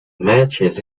matches